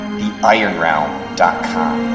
theironrealm.com